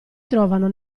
trovano